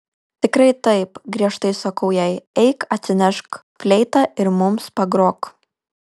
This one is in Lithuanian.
tikrai taip griežtai sakau jai eik atsinešk fleitą ir mums pagrok